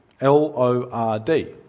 L-O-R-D